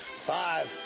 Five